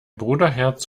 bruderherz